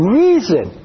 reason